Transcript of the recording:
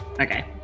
Okay